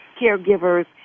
caregivers